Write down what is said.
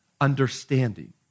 understanding